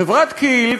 חברת כי"ל,